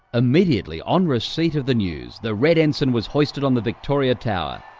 immediately on receipt of the news the red ensign was hoisted on the victoria tower,